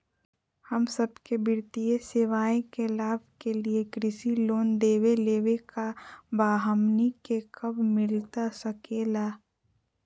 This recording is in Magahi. हम सबके वित्तीय सेवाएं के लाभ के लिए कृषि लोन देवे लेवे का बा, हमनी के कब मिलता सके ला?